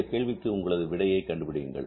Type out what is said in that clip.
அந்த கேள்விக்கு உங்களது விடையை கண்டுபிடியுங்கள்